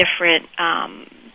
different